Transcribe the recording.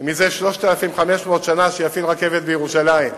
זה 3,500 שנה שיפעיל רכבת בירושלים.